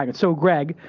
and so, greg,